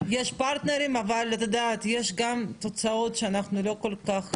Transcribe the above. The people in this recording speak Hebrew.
יש פרטנרים, אבל יש גם תוצאות שאנחנו לא כל כך